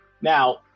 now